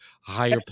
higher